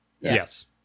yes